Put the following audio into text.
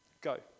Go